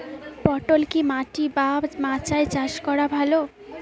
পটল কি মাটি বা মাচায় চাষ করা ভালো?